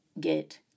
get